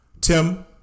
Tim